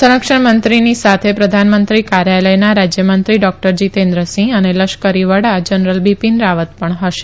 સંરક્ષણમંત્રીની સાથે પ્રધાનમંત્રી કાર્યાલયના રાજ્યમંત્રી ડાક્ટર જીતેન્દ્રસિંહ અને લશ્કરી વડા જનરલ બિપિન રાવત પણ હશે